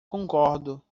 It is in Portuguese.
concordo